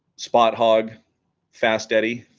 spot hog fast eddy